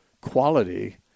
quality